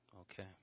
Okay